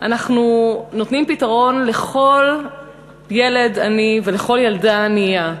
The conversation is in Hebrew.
אנחנו נותנים פתרון לכל ילד עני ולכל ילדה ענייה.